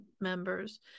members